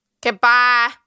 Goodbye